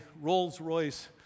Rolls-Royce